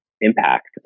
impact